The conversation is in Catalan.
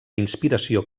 inspiració